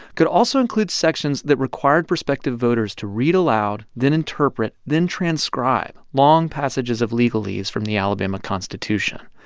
could also include sections that required prospective voters to read aloud, then interpret, then transcribe long passages of legalese from the alabama constitution,